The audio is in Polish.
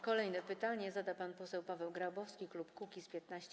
Kolejne pytanie zada pan poseł Paweł Grabowski, klub Kukiz’15.